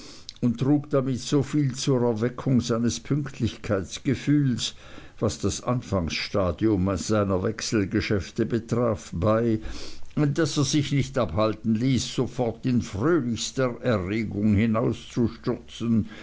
und trug damit soviel zur erweckung seines pünktlichkeitsgefühls was das anfangstadium seiner wechselgeschäfte betraf bei daß er sich nicht abhalten ließ sofort in fröhlichster erregung